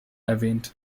erwähnt